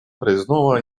проездного